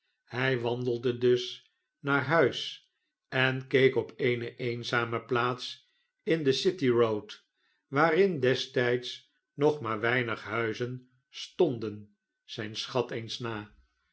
hij wandelde dus naar huisen keek op eene eenzame plaats in de city boad waarin destijds nog maar weinig huizen stonden zijn schat eens na